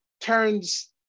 turns